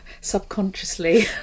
subconsciously